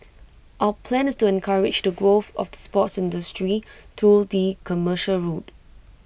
our plan is to encourage the growth of the sports industry through the commercial route